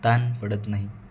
ताण पडत नाही